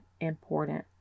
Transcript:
important